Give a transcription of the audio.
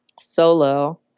solo